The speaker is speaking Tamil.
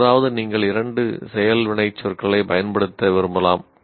எப்போதாவது நீங்கள் இரண்டு செயல் வினைச்சொற்களைப் பயன்படுத்த விரும்பலாம்